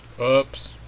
Oops